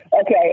Okay